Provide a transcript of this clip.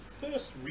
First